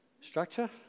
structure